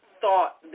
thought